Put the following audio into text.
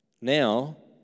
Now